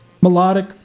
melodic